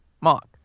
Mark